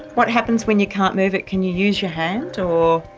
what happens when you can't move it? can you use your hand, or?